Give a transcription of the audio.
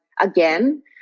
again